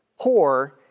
Poor